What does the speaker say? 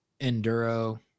Enduro